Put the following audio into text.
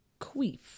Queef